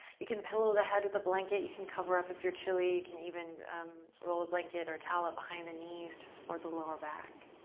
you can pillow the head with a blanket. you can cover up if you're chilly. you can even roll a blanket or towel up behind the knees to support the lower back.